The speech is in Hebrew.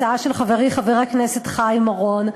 הצעה של חברי חבר הכנסת חיים אורון,